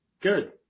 good